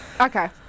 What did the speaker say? Okay